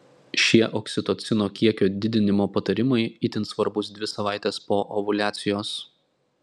šie oksitocino kiekio didinimo patarimai itin svarbūs dvi savaites po ovuliacijos